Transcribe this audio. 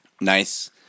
Nice